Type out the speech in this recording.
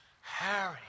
Harry